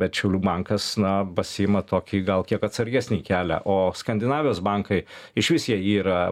bet šiaulių bankas na pasiima tokį gal kiek atsargesnį kelią o skandinavijos bankai išvis jie yra